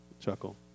chuckle